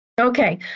Okay